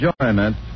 enjoyment